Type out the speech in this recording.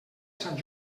sant